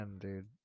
dude